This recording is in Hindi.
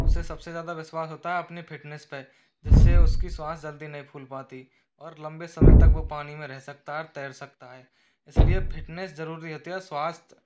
उसे सबसे ज़्यादा विश्वास होता है अपने फिटनेस पर जिससे उसकी साँस जल्दी नहीं फूल पाती और लम्बे समय तक वह पानी में रह सकता है और तैर सकता है इसलिए फिटनेस ज़रूरी होती है स्वास्थय